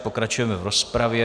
Pokračujeme v rozpravě.